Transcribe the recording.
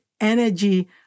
energy